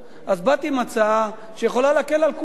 אז באתי עם הצעה שיכולה להקל על כולם,